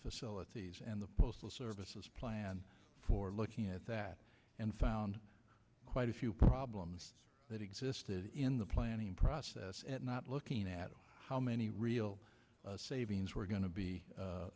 facilities and the postal services plan for looking at that and found quite a few problems that existed in the planning process not looking at how many real savings were go